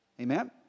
amen